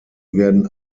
werden